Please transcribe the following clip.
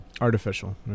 Artificial